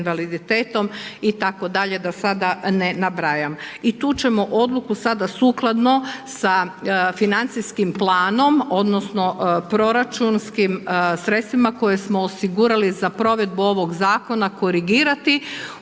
invaliditetom itd. da sada ne nabrajam. I tu ćemo odluku sada sukladno sa financijskim planom, odnosno proračunskim sredstvima koje smo osigurali za provedbu ovog zakona korigirati